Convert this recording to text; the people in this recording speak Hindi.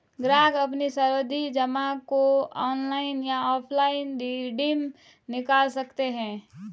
ग्राहक अपनी सावधि जमा को ऑनलाइन या ऑफलाइन रिडीम निकाल सकते है